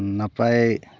ᱱᱟᱯᱟᱭ